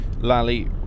Lally